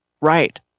right